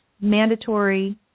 mandatory